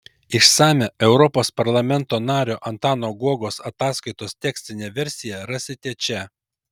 išsamią europos parlamento nario antano guogos ataskaitos tekstinę versiją rasite čia